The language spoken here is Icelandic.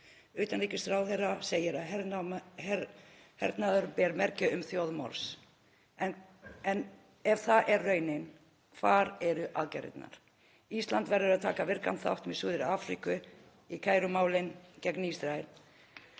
Utanríkisráðherra segir að hernaðurinn beri merki þjóðarmorðs. En ef það er raunin, hvar eru aðgerðirnar? Ísland verður að taka virkan þátt með Suður-Afríku í kærumálinu gegn Ísrael.